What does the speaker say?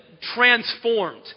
transformed